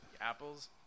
Apple's